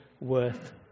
worth